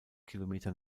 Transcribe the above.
kilometer